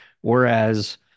Whereas